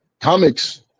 Comics